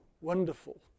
Wonderful